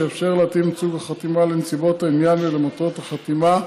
שיאפשר להתאים את סוג החתימה לנסיבות העניין ולמטרות החתימה.